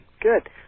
Good